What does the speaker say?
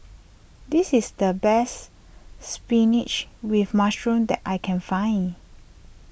this is the best Spinach with Mushroom that I can find